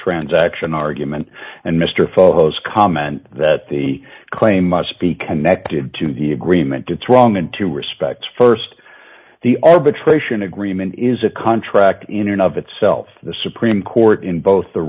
transaction argument and mr felos comment that the claim must be connected to the agreement it's wrong in two respects st the arbitration agreement is a contract in and of itself the supreme court in both the